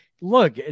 Look